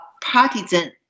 partisan